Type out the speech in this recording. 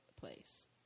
place